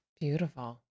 Beautiful